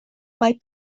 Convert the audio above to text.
mae